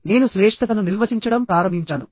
నేను శ్రేష్ఠతను నిర్వచించడం ప్రారంభించాను